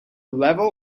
level